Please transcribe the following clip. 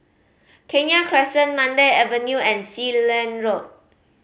Kenya Crescent Mandai Avenue and Sealand Road